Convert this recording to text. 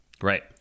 right